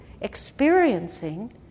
experiencing